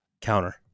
counter